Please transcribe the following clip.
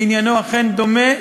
ועניינו אכן דומה.